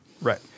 right